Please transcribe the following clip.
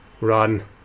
Run